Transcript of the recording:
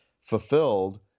fulfilled